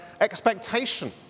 expectation